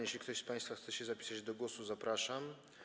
Jeśli ktoś z państwa chce się zapisać do głosu, to zapraszam.